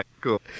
cool